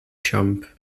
jump